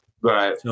Right